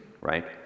right